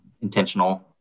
intentional